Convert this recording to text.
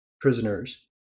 prisoners